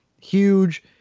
huge